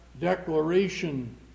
declaration